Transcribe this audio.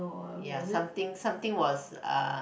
ya something something was uh